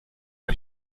ein